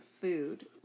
food